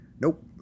Nope